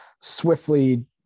swiftly